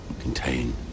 contain